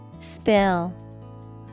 Spill